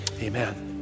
Amen